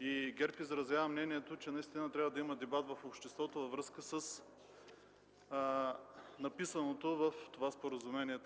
и ГЕРБ изразява мнението, че наистина трябва да има дебат в обществото във връзка с написаното в това търговско споразумение.